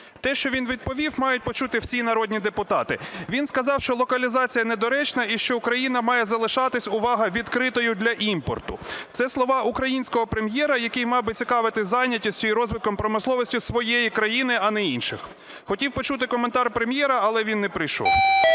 Те, що він відповів, мають почути всі народні депутати. Він сказав, що локалізація недоречна і що Україна має залишатись, увага, відкритою для імпорту. Це слова українського Прем'єра, який мав би цікавитись занятістю і розвитком промисловості своєї країни, а не інших. Хотів почути коментар Прем'єра, але він не прийшов.